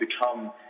become